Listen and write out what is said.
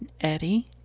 Eddie